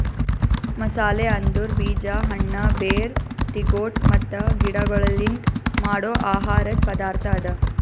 ಮಸಾಲೆ ಅಂದುರ್ ಬೀಜ, ಹಣ್ಣ, ಬೇರ್, ತಿಗೊಟ್ ಮತ್ತ ಗಿಡಗೊಳ್ಲಿಂದ್ ಮಾಡೋ ಆಹಾರದ್ ಪದಾರ್ಥ ಅದಾ